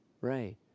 Right